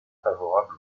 favorable